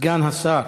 סגן השר,